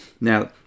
Now